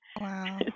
Wow